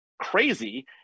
crazy